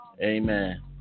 Amen